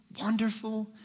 wonderful